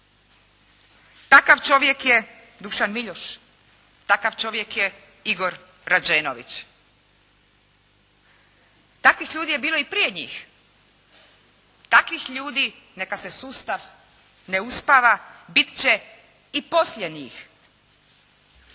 Takav čovjek je Dušan Miljoš, takav čovjek je Igor Rađenović. Takvih ljudi je bilo i prije njih, takvih ljudi, neka se sustav ne uspava, biti će i poslije njih.